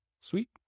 Sweet